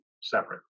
separate